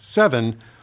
Seven